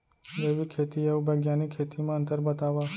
जैविक खेती अऊ बैग्यानिक खेती म अंतर बतावा?